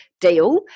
deal